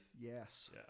yes